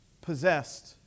possessed